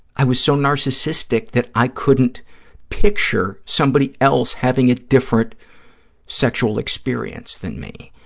i was so narcissistic that i couldn't picture somebody else having a different sexual experience than me.